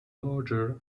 larger